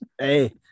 Hey